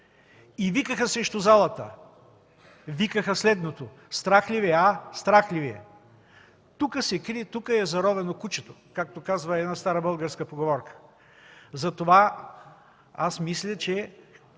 и викаха срещу залата. Викаха следното: „Страх ли Ви е, а? Страх ли Ви е?” Тук се крие, тук е заровено кучето, както казва една стара българска поговорка, затова аз мисля и